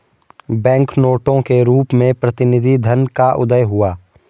bank नोटों के रूप में प्रतिनिधि धन का उदय हुआ